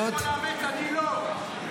אני לא, אתה יכול לאמץ, אני לא.